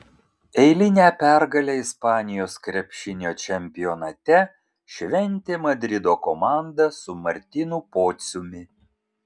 eilinę pergalę ispanijos krepšinio čempionate šventė madrido komanda su martynu pociumi